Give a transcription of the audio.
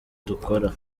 dukora